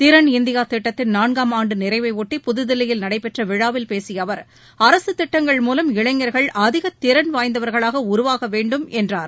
திறன் இந்தியா திட்டத்தின் நான்காம் ஆண்டு நிறைவை ஒட்டி புதுதில்லியில் நடைபெற்ற விழாவில் பேசிய அவர் அரசு திட்டங்கள் மூலம் இளைஞர்கள் அதிகத் திறன் வாய்ந்தவர்களாக உருவாக வேண்டும் என்றார்